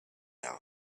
hour